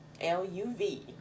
L-U-V